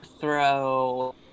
throw